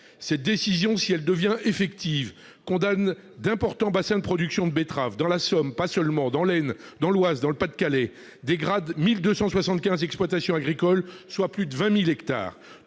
Cette décision, si elle devient effective, condamnera d'importants bassins de production de betteraves dans la Somme, l'Aisne, l'Oise et le Pas-de-Calais et affectera 1 275 exploitations agricoles, soit plus de 20 000 hectares.